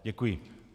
Děkuji.